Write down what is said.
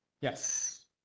Yes